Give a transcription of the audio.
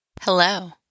Hello